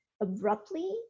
abruptly